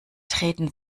treten